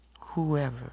whoever